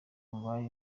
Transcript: ndwaye